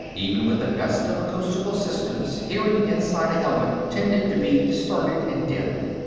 even with the best of acoustical systems, hearing inside a helmet tended to be distorted and dimmed.